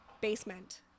basement